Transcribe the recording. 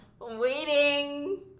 Waiting